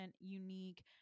unique